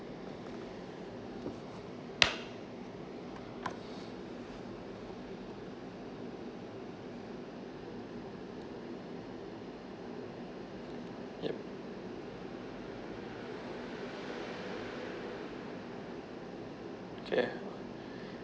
yup okay